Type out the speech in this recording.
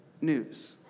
news